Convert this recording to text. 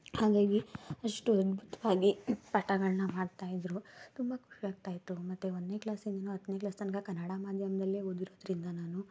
ಹಾಗಾಗಿ ಅಷ್ಟು ಅದ್ಭುತವಾಗಿ ಪಾಠಗಳನ್ನ ಮಾಡ್ತಾಯಿದ್ರು ತುಂಬ ಖುಷಿ ಆಗ್ತಾಯಿತ್ತು ಮತ್ತು ಒಂದನೇ ಕ್ಲಾಸ್ಯಿಂದನೂ ಹತ್ತನೇ ಕ್ಲಾಸ್ ತನಕ ಕನ್ನಡ ಮಾಧ್ಯಮದಲ್ಲೇ ಓದಿರೋದರಿಂದ ನಾನು